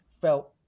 felt